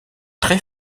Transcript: très